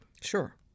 Sure